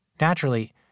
Naturally